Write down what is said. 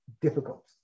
difficult